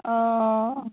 অঁ